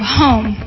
home